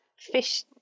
fish